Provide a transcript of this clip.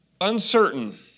uncertain